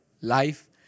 life